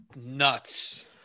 nuts